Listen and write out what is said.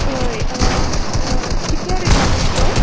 होय कितें रिगार्डींग तो